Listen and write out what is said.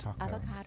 avocado